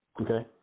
okay